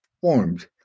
formed